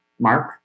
mark